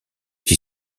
qui